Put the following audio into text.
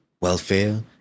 welfare